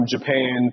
Japan